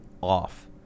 off